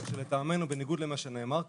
רק שלטעמנו בניגוד למה שנאמר כאן,